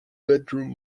bedroom